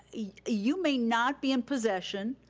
you may not be in possession.